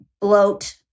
bloat